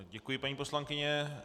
Děkuji, paní poslankyně.